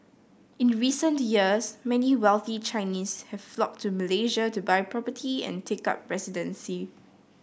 in recent years many wealthy Chinese have flocked to Malaysia to buy property and take up residency